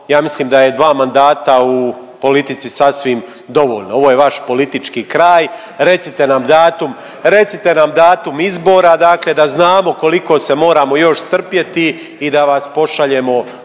ja mislim da je dva mandata u politici sasvim dovoljno. Ovo je vaš politički kraj. Recite nam datum, recite nam datum izbora dakle da znamo koliko se moramo još strpjeti i da vas pošaljemo